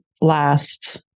last